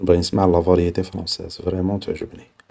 نبغي نسمع لا فارييتي فرونساز, فريمون تعجبني